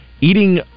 eating